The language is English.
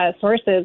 sources